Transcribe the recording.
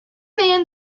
man